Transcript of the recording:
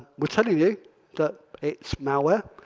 we're telling you that it's malware,